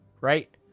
Right